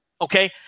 Okay